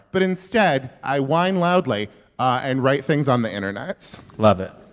but instead i whine loudly and write things on the internet love it.